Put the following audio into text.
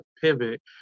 pivot